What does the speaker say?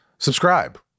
subscribe